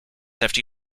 after